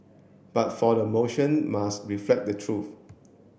but the motion must reflect the truth